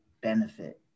benefit